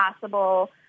possible